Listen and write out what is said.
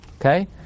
okay